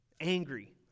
angry